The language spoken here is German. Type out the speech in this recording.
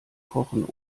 kochen